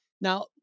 now